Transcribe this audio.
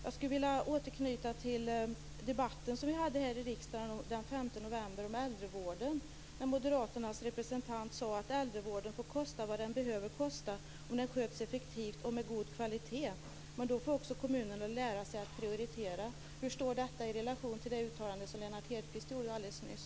Jag skulle vilja återknyta till den debatt vi hade här i riksdagen den 5 november om äldrevården. Då sade moderaternas representant att äldrevården får kosta vad den behöver kosta om den sköts effektivt och med god kvalitet, men då får också kommunerna lära sig att prioritera. Hur står detta i relation till det uttalande som Lennart Hedquist gjorde alldeles nyss?